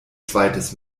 zweites